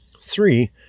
Three